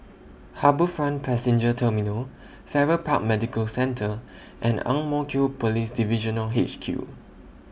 HarbourFront Passenger Terminal Farrer Park Medical Centre and Ang Mo Kio Police Divisional H Q